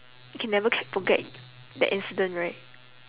you can never ca~ forget that incident right